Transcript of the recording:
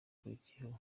ukurikiyeho